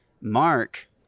Mark